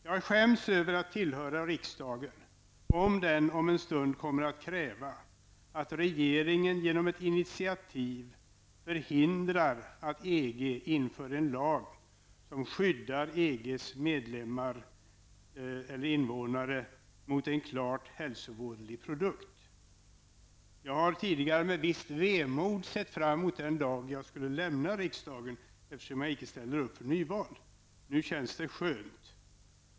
Jag skäms över att tillhöra riksdagen om den om en stund kommer att kräva att regeringen genom ett initiativ förhindrar att EG inför en lag som skyddar EGs invånare mot en klart hälsovådlig produkt. Jag har tidigare med visst vemod sett fram emot den dag då jag skall lämna riksdagen, eftersom jag inte ställer upp till nyval. Nu känns det skönt.